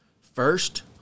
First